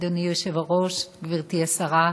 אדוני היושב-ראש, גברתי השרה,